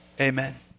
Amen